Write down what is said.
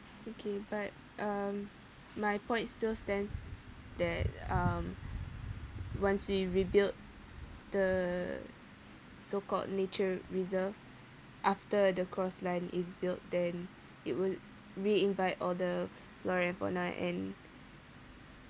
okay but um my point still stands that um once we rebuild the so called nature reserve after the cross line is built then it will re-invite all the f~ flora and fauna and